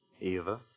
Eva